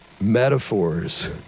metaphors